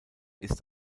ist